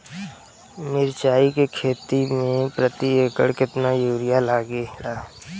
मिरचाई के खेती मे प्रति एकड़ केतना यूरिया लागे ला?